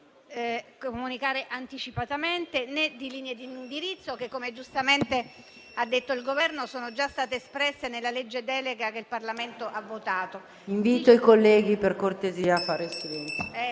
né di comunicare anticipatamente né di linee di indirizzo che, come giustamente ha detto il rappresentante del Governo, sono già state espresse nella legge delega che il Parlamento ha votato.